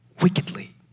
wickedly